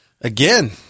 Again